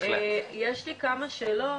יש לי כמה שאלות,